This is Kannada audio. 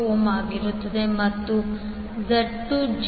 88 j3